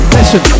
Listen